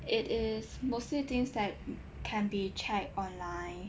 it is mostly things that can be checked online